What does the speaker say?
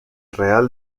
real